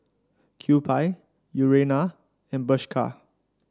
Kewpie Urana and Bershka